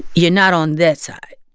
you're not on their side.